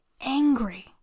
angry